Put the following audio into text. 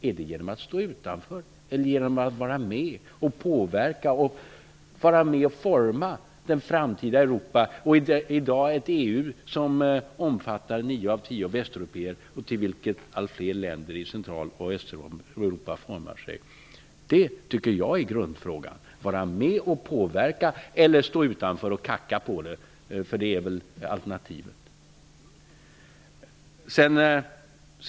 Är det genom att stå utanför eller genom att vara med och påverka och forma det framtida Europa, i ett EU som i dag omfattar nio av tio västeuropéer och till vilket allt fler länder i Central och Västeuropa närmar sig? Det tycker jag är grundfrågan. Skall vi vara med och påverka, eller skall vi stå utanför och hacka på EU, för det är väl det som är alternativet? Fru talman!